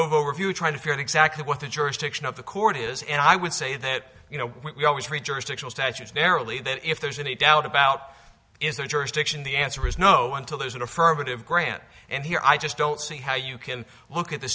review trying to figure out exactly what the jurisdiction of the court is and i would say that you know we always read your sexual statutes narrowly that if there's any doubt about is the jurisdiction the answer is no until there's an affirmative grant and here i just don't see how you can look at the